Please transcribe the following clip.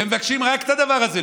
ומבקשים לפתור רק את הדבר הזה.